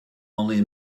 only